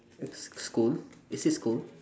s~ school is this school